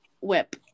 whip